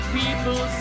people